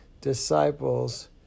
disciples